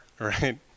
right